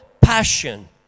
passion